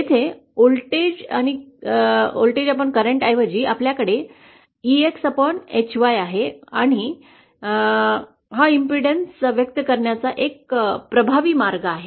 येथे व्होल्टेजकरंट ऐवजी आपल्याकडे EXHY आहे आणि हा प्रतिबाधा व्यक्त करण्याचा एक प्रभावी मार्ग आहे